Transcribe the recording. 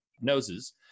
noses